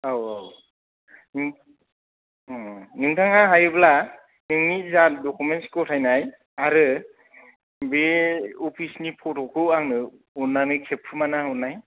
औ औ नोंथाङा हायोब्ला नोंनि जा दखुमेन्टस गथायनाय आरो बे अफिसनि फट'खौ आंनो अननानै खेबखुमाना हरलाय